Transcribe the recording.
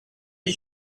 did